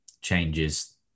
changes